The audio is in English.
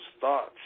thoughts